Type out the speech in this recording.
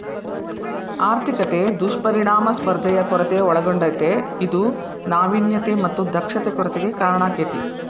ಆರ್ಥಿಕತೆ ದುಷ್ಪರಿಣಾಮ ಸ್ಪರ್ಧೆಯ ಕೊರತೆ ಒಳಗೊಂಡತೇ ಇದು ನಾವಿನ್ಯತೆ ಮತ್ತ ದಕ್ಷತೆ ಕೊರತೆಗೆ ಕಾರಣಾಕ್ಕೆತಿ